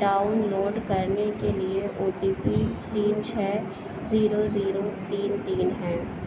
down load کرنے کے لیے او ٹی پی تین چھ زیرو زیرو تین تین ہے